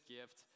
gift